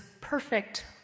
perfect